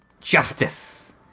Justice